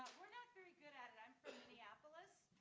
we're not very good at it, i'm from minneapolis.